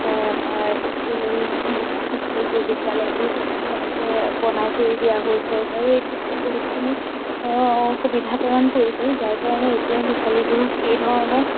স্কুলবো স্কুলবোৰ বিদ্যালয়বোৰ তেনেকৈ বনাই কৰি দিয়া হ'ল চৰকাৰেও এই ক্ষেত্ৰত বহুতখিনি সুবিধা প্ৰদান কৰিছে যাৰ কাৰণে এতিয়াৰ ল'ৰা ছোৱালীবোৰৰ সেই ধৰণৰ